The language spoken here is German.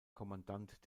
kommandant